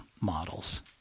models